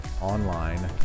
online